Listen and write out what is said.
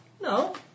No